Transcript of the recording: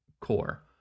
core